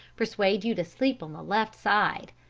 persuade you to sleep on the left side!